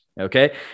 Okay